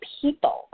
people